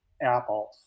Apple